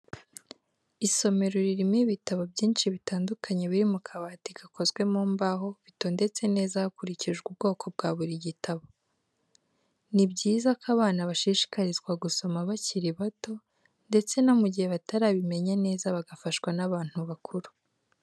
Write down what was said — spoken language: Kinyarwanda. Isomero ririmo ibitabo byinshi bitandukanye biri mu kabati gakoze mu mbaho bitondetse neza hakurikijwe ubwoko bwa buri gitabo. Ni byiza ko abana bashishikarizwa gusoma bakiri bato ndetse no mu gihe batarabimenya neza bagafashwa n'abantu bakuru.